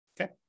okay